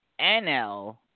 NL